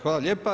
Hvala lijepa.